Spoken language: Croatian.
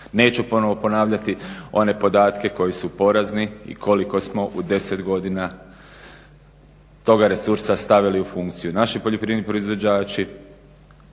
Neću ponovno ponavljati one podatke koji su porazni i koliko smo u deset godina toga resursa stavili u funkciju. Naši poljoprivredni proizvođači